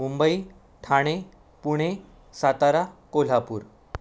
Mumbai Thane Pune Satara Kolhapur